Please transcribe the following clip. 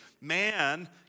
Man